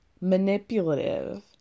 manipulative